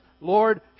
Lord